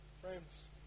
Friends